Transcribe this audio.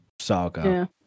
saga